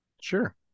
Sure